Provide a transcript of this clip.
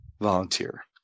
volunteer